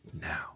now